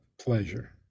pleasure